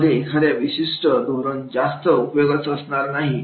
यामध्ये एखाद्या विशिष्ट धोरण जास्त उपयोगाचं असणार नाही